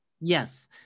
Yes